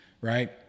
Right